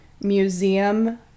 museum